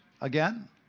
again